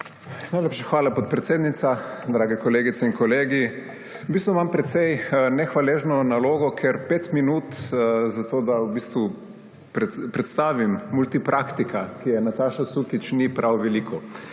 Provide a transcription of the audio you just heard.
Najlepša hvala, podpredsednica. Drage kolegice in kolegi! V bistvu imam precej nehvaležno nalogo, ker pet minut za to, da predstavim multipraktika, kar je Nataša Sukič, ni prav veliko.